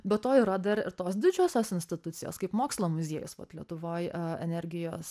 be to yra dar ir tos didžiosios institucijos kaip mokslo muziejus vat lietuvoj energijos